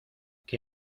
qué